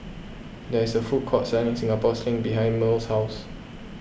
there is a food court selling Singapore Sling behind Merle's house